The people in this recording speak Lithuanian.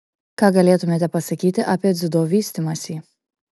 ką galėtumėte pasakyti apie dziudo vystymąsi